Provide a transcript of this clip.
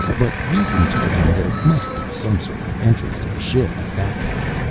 but reason told him there must be some sort of entrance to the ship at that point.